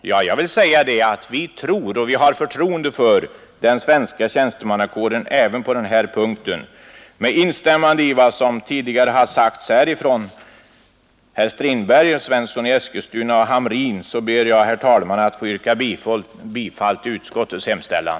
Jag vill säga till herr Svensson i Malmö att vi har förtroende för den svenska tjänstemannakåren även på den här punkten. Med instämmande i vad som tidigare har sagts här av herr Strindberg, herr Svensson i Eskilstuna och herr Hamrin ber jag, herr talman, att få yrka bifall till utskottets hemställan.